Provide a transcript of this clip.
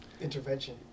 Intervention